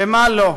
במה לא.